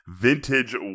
vintage